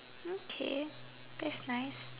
okay that's nice